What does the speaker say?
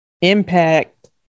impact